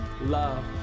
love